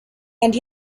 and